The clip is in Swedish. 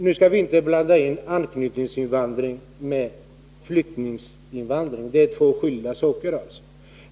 Nu skall vi inte blanda ihop anknytningsinvandring och flyktinginvandring — det är alltså två skilda saker.